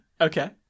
Okay